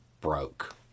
broke